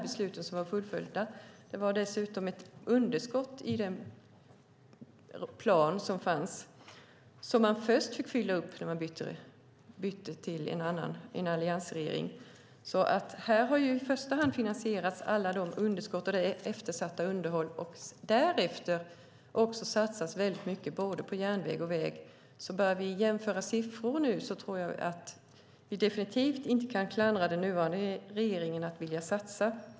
Det fanns dessutom ett underskott i den plan som fanns som först behövde fyllas upp när vi bytte till alliansregeringen. I första hand har alla dessa underskott och det eftersatta underhållet finansierats. Därefter har det också satsats väldigt mycket på både järnväg och väg. Om vi börjar jämföra siffror tror jag att vi definitivt inte kan klandra den nuvarande regeringen för att inte vilja satsa.